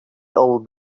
old